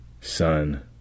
son